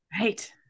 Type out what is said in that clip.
Right